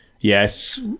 Yes